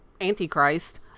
antichrist